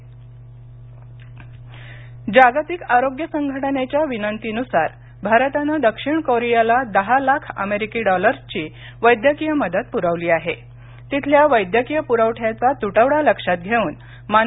मदत जागतिक आरोग्य संघटनेच्या विनंतीनुसार भारतानं दक्षिण कोरियाला दहा लाख अमेरिकी डॉलर्सची वैद्यकीय मदत पुरवली आहेतिथल्या वैद्यकीय पुरवठ्याचा तुटवडा लक्षात घेऊन मान